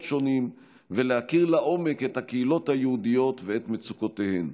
שונים ולהכיר לעומק את הקהילות היהודיות ואת מצוקותיהן.